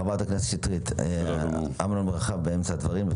חברת הכנסת שטרית, אמנון מרחב באמצע הדברים.